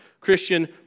Christian